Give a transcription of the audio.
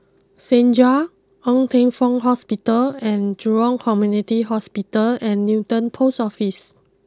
Segar Ng Teng Fong Hospital and Jurong Community Hospital and Newton post Office